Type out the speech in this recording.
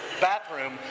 bathroom